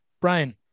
Brian